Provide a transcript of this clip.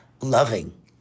loving